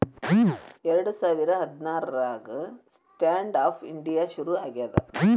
ಎರಡ ಸಾವಿರ ಹದ್ನಾರಾಗ ಸ್ಟ್ಯಾಂಡ್ ಆಪ್ ಇಂಡಿಯಾ ಶುರು ಆಗ್ಯಾದ